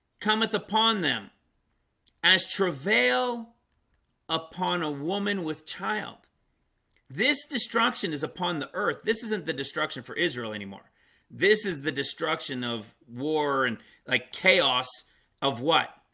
cometh upon them as travail upon a woman with child this destruction is upon the earth. this isn't the destruction for israel anymore this is the destruction of war and like chaos of what?